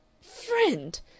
Friend